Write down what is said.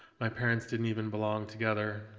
my parents didn't even belong together.